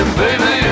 baby